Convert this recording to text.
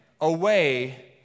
Away